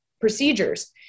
procedures